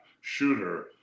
shooter